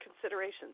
considerations